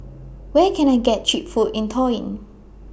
Where Can I get Cheap Food in Tallinn